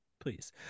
Please